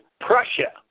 Prussia